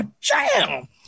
Jam